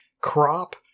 crop